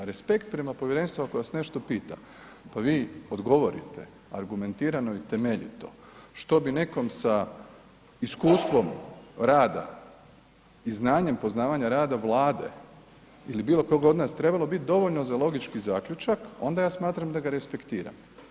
Respekt prema povjerenstvu ako vas nešto pita, pa vi odgovorite argumentirano i temeljito što bi nekom sa iskustvom rada i znanjem poznavanja rada Vlade ili bilo koga od nas trebalo biti dovoljno za logički zaključak, onda ja smatram da ga respektiram.